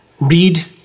Read